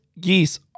geese